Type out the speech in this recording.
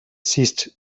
ceased